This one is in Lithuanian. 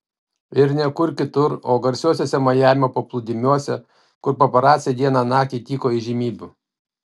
ir ne kur kitur o garsiuosiuose majamio paplūdimiuose kur paparaciai dieną naktį tyko įžymybių